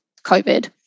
covid